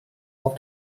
auf